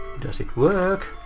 does it work?